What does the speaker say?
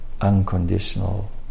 unconditional